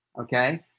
Okay